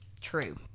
True